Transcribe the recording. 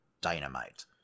Dynamite